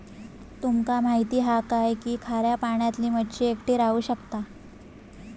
तुमका माहित हा काय की खाऱ्या पाण्यातली मच्छी एकटी राहू शकता